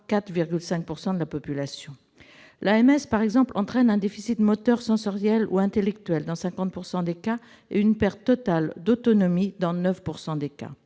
4,5 % de la population. L'AMS, par exemple, a pour conséquence un déficit moteur sensoriel ou intellectuel dans 50 % des cas et une perte totale d'autonomie dans 9 % des cas.